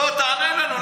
לא, תענה לנו.